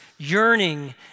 yearning